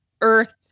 earth